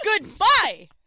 Goodbye